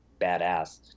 badass